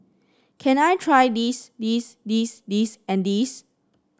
can I try this this this this and this